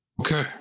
Okay